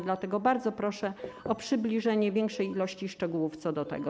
Dlatego bardzo proszę o przybliżenie większej ilości szczegółów co do tego.